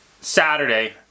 Saturday